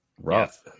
rough